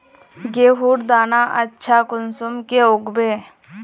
गेहूँर दाना अच्छा कुंसम के उगबे?